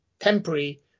temporary